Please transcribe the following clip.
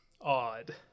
odd